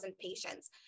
patients